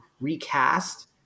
recast